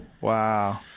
Wow